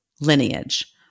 lineage